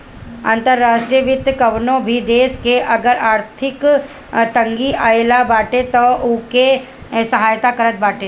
अंतर्राष्ट्रीय वित्त कवनो भी देस में अगर आर्थिक तंगी आगईल बाटे तअ उ ओके सहायता करत बाटे